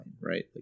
right